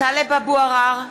טלב אבו עראר,